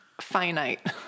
finite